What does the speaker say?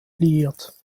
liiert